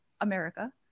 America